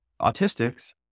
autistics